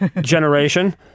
generation